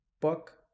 book